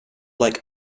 like